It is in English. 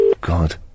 God